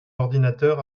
ordinateur